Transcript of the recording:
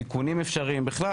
תיקונים אפשריים ובכלל,